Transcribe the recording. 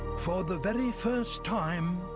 for the very first time,